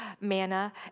manna